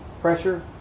pressure